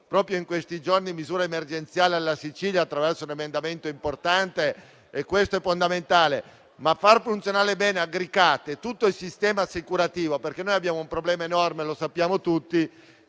proprio in questi giorni per misure emergenziali alla Sicilia attraverso un emendamento importante - è fondamentale, così come far funzionare bene il Fondo Agricat e tutto il sistema assicurativo. Abbiamo un problema enorme e lo sappiamo tutti: